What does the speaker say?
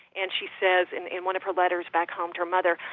and she says in in one of her letters back home to her mother,